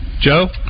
Joe